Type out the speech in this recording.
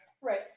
right